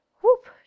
Whoop